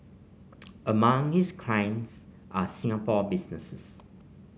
among his clients are Singapore businesses